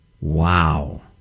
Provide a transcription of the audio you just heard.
Wow